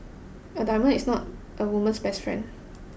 a diamond is not a woman's best friend